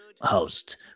host